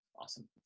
Awesome